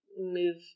move